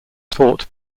taught